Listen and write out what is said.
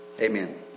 amen